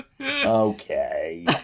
Okay